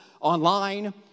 online